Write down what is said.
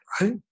right